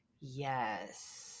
Yes